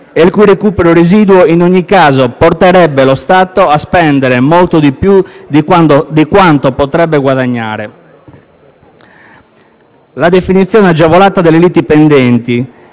e il cui recupero residuo, in ogni caso, porterebbe lo Stato a spendere molto di più di quanto potrebbe guadagnare; la definizione agevolata delle liti pendenti,